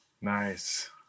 nice